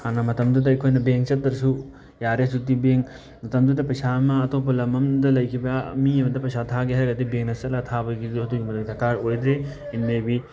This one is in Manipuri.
ꯍꯥꯟꯅ ꯃꯇꯝꯗꯨꯗ ꯑꯩꯈꯣꯏꯅ ꯕꯦꯡ ꯆꯠꯇ꯭ꯔꯁꯨ ꯌꯥꯔꯦ ꯍꯧꯖꯤꯛꯇꯤ ꯕꯦꯡ ꯃꯇꯝꯗꯨꯗ ꯄꯩꯁꯥ ꯑꯃ ꯑꯇꯣꯞꯄ ꯂꯝ ꯑꯃꯗ ꯂꯩꯈꯤꯕ ꯃꯤ ꯑꯃꯗ ꯄꯩꯁꯥ ꯊꯥꯒꯦ ꯍꯥꯏꯔꯒꯗꯤ ꯕꯦꯡꯗ ꯆꯠꯂꯒ ꯊꯥꯕꯒꯤ ꯑꯗꯨꯒꯨꯝꯕꯗꯣ ꯗꯔꯀꯥꯔ ꯑꯣꯏꯗ꯭ꯔꯦ ꯏꯠ ꯃꯦ ꯕꯤ